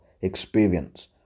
experience